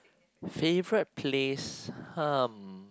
favorite place (hum)